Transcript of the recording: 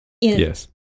Yes